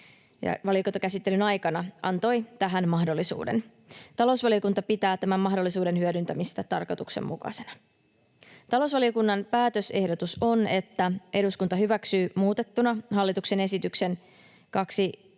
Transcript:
valiokuntakäsittelyn aikana — antoi tähän mahdollisuuden. Talousvaliokunta pitää tämän mahdollisuuden hyödyntämistä tarkoituksenmukaisena. Talousvaliokunnan päätösehdotus on, että eduskunta hyväksyy muutettuna hallituksen esitykseen